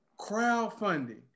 crowdfunding